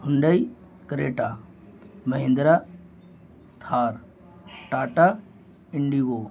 Hyundai Creta Mahindra Thar Tata Indigo